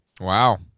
Wow